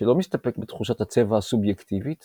שלא מסתפק בתחושת הצבע הסובייקטיבית